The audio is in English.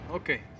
Okay